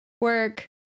work